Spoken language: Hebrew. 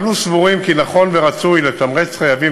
אנו סבורים כי נכון ורצוי לתמרץ חייבים